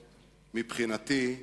מבחינתי,